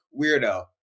weirdo